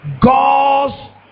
God's